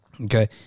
Okay